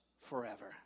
forever